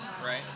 right